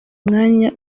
umwanya